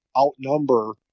outnumber